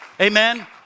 Amen